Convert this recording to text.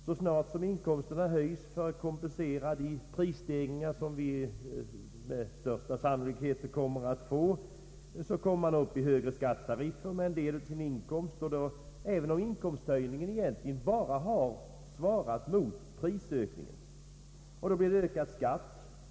Så snart som inkomsterna höjs, för att kompensera de prisstegringar som vi med största sannolikhet får, kommer man upp i högre skattetariffer med en del av sin inkomst, och även om inkomsthöjningen egentligen bara svarat mot prisökningen, blir det ökad skatt.